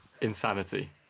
insanity